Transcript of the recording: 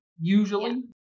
Usually